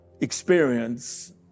experience